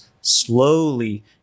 slowly